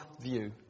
view